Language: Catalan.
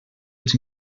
els